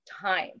time